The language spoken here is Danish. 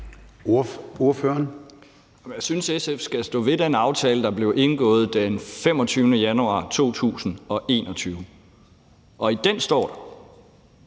Pedersen (V): Jeg synes, SF skal stå ved den aftale, der blev indgået den 25. januar 2021. I den står der,